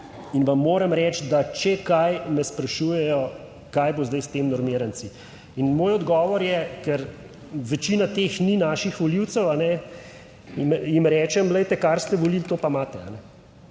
in vam moram reči, da če kaj, me sprašujejo, kaj bo zdaj s temi normiranci. In moj odgovor je, ker večina teh ni naših volivcev, in jim rečem: "Glejte, kar ste volili, to pa imate." In